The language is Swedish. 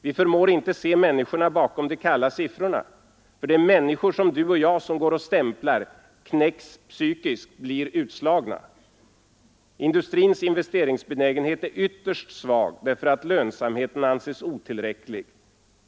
Vi förmår inte se människorna bakom de kalla siffrornä, för det är människor som du och jag som går och stämplar, knäcks psykiskt, blir utslagna. Industrins investeringsbenägen het är ytterst svag därför att lönsamheten anses otillräcklig.